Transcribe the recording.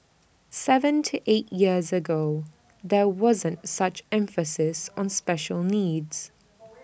Seven to eight years ago there wasn't such emphasis on special needs